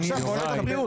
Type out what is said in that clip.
בבקשה, משרד הבריאות.